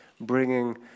bringing